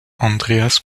andreas